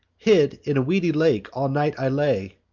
hid in a weedy lake all night i lay,